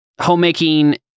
Homemaking